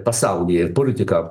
pasaulyje ir politika